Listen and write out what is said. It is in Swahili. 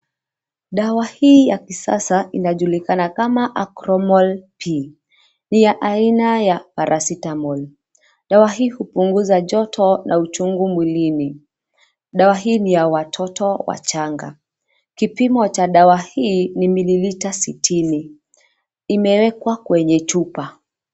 Dawa hii ya kisasa inajulikana kama Acromol-P , ni ya aina ya Paracetamol , dawa hii hupunguza joto na uchungu mwilini. Dawa hii ni ya watoto wachanga, kipimo cha dawa hii ni mililita sitini. Imewekwa kwenye chupa.